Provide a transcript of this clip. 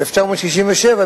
1967,